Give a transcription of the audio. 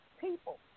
people